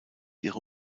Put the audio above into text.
ihre